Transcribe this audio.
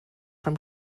from